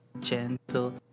Gentle